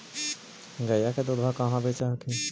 गईया के दूधबा कहा बेच हखिन?